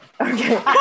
Okay